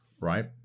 right